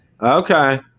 okay